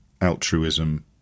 altruism